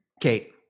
Kate